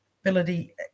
ability